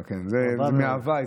זה הווי,